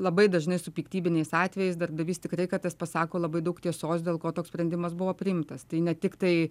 labai dažnai su piktybiniais atvejais darbdavys tikrai kartais pasako labai daug tiesos dėl ko toks sprendimas buvo priimtas tai ne tik tai